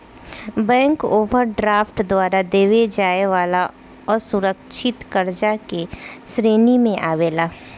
bank overdraft द्वारा देवे जाए वाला असुरकछित कर्जा के श्रेणी मे आवेला